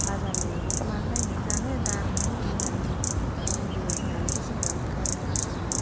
बाजारनि मैगंखौ मानो बायनानै जानो दामनि मुलि मुलि होन्नानै जोङो ओंखायनो